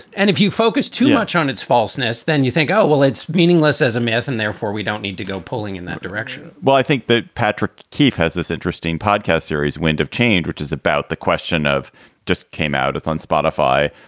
and if you focus too much on its falseness, then you think, oh, well, it's meaningless as a myth and therefore we don't need to go pulling in that direction well, i think the patrick keefe has this interesting podcast series, wind of change. just about the question of just came out with on spotify.